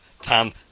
Tom